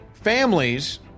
families